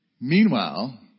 Meanwhile